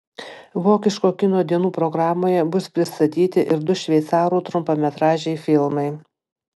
vokiško kino dienų programoje bus pristatyti ir du šveicarų trumpametražiai filmai